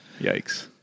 yikes